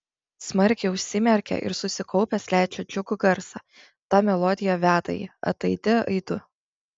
smarkiai užsimerkia ir susikaupęs leidžia džiugų garsą ta melodija veda jį ataidi aidu